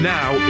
now